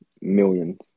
Millions